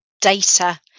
Data